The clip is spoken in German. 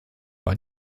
war